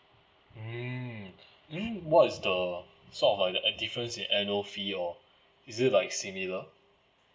mm then what is the sort of uh like the difference in the annual fee or is it like similar